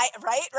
Right